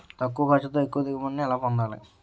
తక్కువ ఖర్చుతో ఎక్కువ దిగుబడి ని ఎలా పొందాలీ?